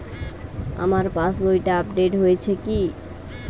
আমার পাশবইটা আপডেট হয়েছে কি?